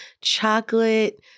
chocolate